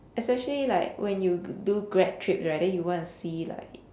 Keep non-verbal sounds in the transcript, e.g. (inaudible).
especially like when you (noise) do grad trip right then you want to see like